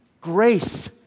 Grace